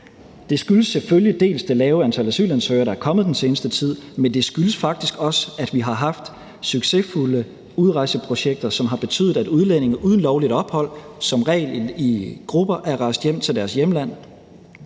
Det skyldes selvfølgelig dels det lave antal asylansøgere, der er kommet den seneste tid, dels faktisk også at vi har haft succesfulde udrejseprojekter, som har betydet, at udlændinge uden lovligt ophold som regel i grupper er rejst hjem til deres hjemland